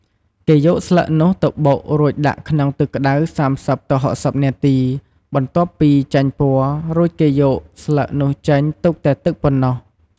គេយកស្លឹកនោះទៅបុក រួចដាក់ក្នុងទឹកក្ដៅ ៣០ទៅ៦០នាទី បន្ទាប់ពីចេញពណ៌ រួចគេយកស្លឹកនោះចេញទុកតែទឹកប៉ុណ្ណោះ។